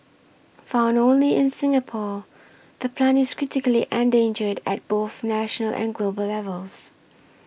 found only in Singapore the plant is critically endangered at both national and global levels